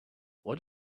what